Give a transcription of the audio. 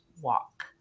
Walk